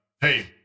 hey